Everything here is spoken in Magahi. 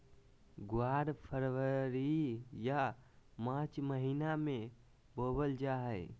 ग्वार फरवरी या मार्च महीना मे बोवल जा हय